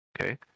Okay